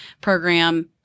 program